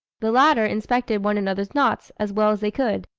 the latter inspected one another's knots as well as they could,